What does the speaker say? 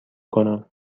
کنم